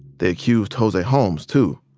they accused jose holmes, too.